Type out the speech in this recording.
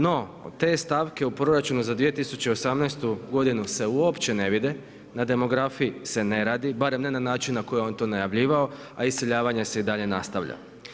No, te stavke u proračunu za 2018. godinu se uopće ne vide, na demografiji se ne radi, barem ne na način na koji je on to najavljivao, a iseljavanje se i dalje nastavlja.